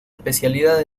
especialidad